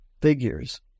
figures